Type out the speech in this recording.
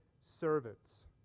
servants